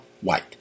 white